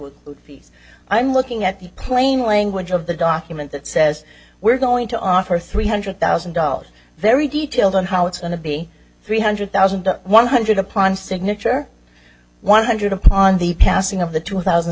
be i'm looking at the plain language of the document that says we're going to offer three hundred thousand dollars very detailed on how it's going to be three hundred thousand one hundred upon signature one hundred upon the passing of the two thousand